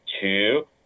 two